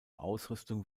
ausrüstung